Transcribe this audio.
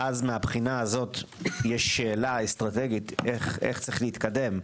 ואז מהבחינה הזו יש שאלה אסטרטגית איך יש להתקדם.